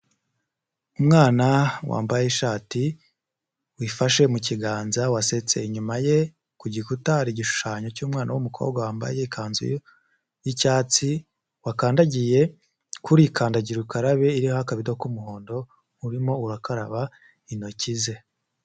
Umwana wambaye ishati, wifashe mu kiganza wasetse, inyuma ye ku gikuta hari igishushanyo cy'umwana w'umukobwa wambaye ikanzu y'icyatsi wakandagiye kuri kandagira ukarabe iriho akabido k'umuhondo, urimo urakaraba intoki ze.